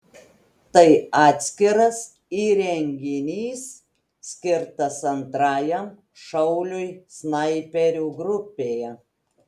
tai atskiras įrenginys skirtas antrajam šauliui snaiperių grupėje